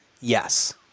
yes